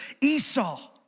Esau